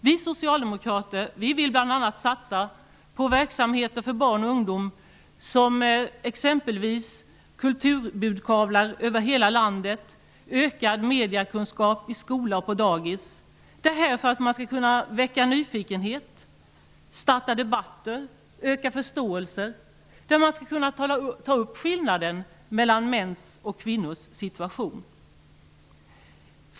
Vi socialdemokrater vill bl.a. satsa på verksamheter för barn och ungdom som exempelvis kulturbudkavlar över hela landet och ökad mediekunskap i skola och på dagis. Detta behövs för att man skall kunna väcka nyfikenhet, starta debatter och öka förståelsen. Man skall kunna ta upp skillnaden mellan mäns och kvinnors situation.